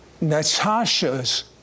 Natasha's